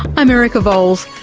i'm erica vowles,